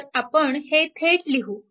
तर आपण हे थेट लिहू